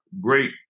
great